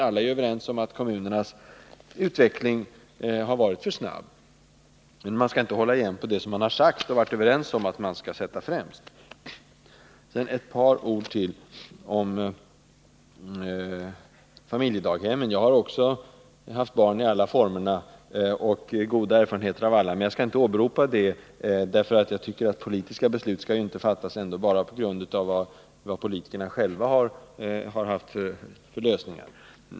Alla är överens om att kommunernas utveckling har varit alltför snabb, men man skall inte hålla igen på det som man varit överens om att sätta främst. Så några ord till om familjedaghemmen. Också jag har haft barn i alla barnomsorgsformerna, och jag har goda erfarenheter av. alla. Jag skall inte åberopa det; jag tycker inte att politiska beslut skall fattas bara på grundval av de erfarenheter som politikerna själva har gjort.